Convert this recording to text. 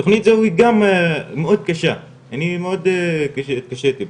תוכנית זאת היא גם מאוד קשה, אני מאוד התקשיתי בה,